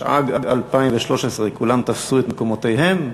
התשע"ג 2013. כולם תפסו את מקומותיהם?